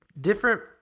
different